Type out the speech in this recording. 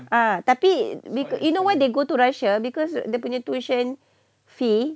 uh tapi be you know why they go to russia because dia punya tuition fee